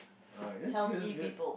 alright that's good that's good